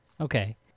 Okay